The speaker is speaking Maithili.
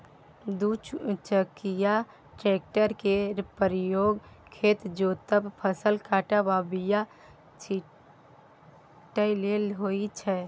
दु चकिया टेक्टर केर प्रयोग खेत जोतब, फसल काटब आ बीया छिटय लेल होइ छै